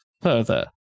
further